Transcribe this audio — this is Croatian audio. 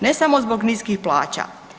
Ne samo zbog niskih plaća.